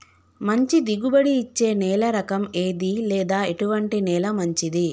మంచి దిగుబడి ఇచ్చే నేల రకం ఏది లేదా ఎటువంటి నేల మంచిది?